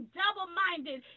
double-minded